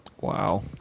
Wow